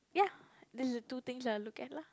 ya this is the two things I'll look at lah